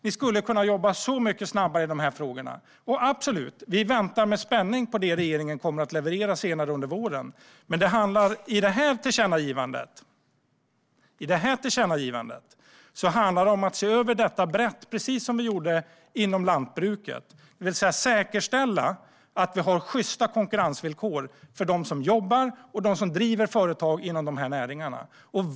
Ni skulle kunna jobba så mycket snabbare i de här frågorna. Vi väntar med spänning på det som regeringen levererar senare under våren. Men det här tillkännagivandet handlar om att se över detta brett, precis som man gjorde med lantbruket. Det handlar om att säkerställa sjysta konkurrensvillkor för dem som jobbar och dem som driver företag i dessa näringar.